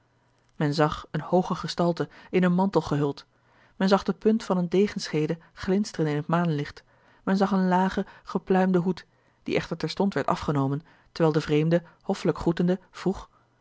men zag eene hooge gestalte in een mantel gehuld men zag de punt van eene degenschede glinsteren in het maanlicht men zag een lagen gepluimden hoed die echter terstond werd afgenomen terwijl de vreemde hoffelijk groetende vroeg